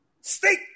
steak